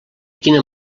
quina